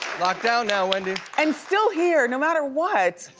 locked down now, wendy. and still here, no matter what.